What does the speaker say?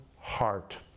heart